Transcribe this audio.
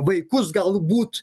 vaikus galbūt